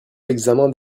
l’examen